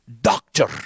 doctor